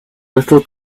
little